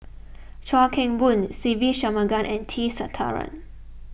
Chuan Keng Boon Se Ve Shanmugam and T Sasitharan